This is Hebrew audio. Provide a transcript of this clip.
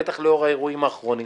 בטח לאור האירועים האחרונים.